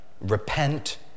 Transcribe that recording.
Repent